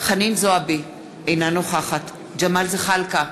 חנין זועבי, אינה נוכחת ג'מאל זחאלקה,